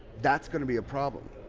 that's going to be a problem.